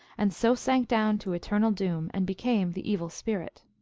and so sank down to eternal doom and became the evil spirit.